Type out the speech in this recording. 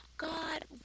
God